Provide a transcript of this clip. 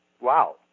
wow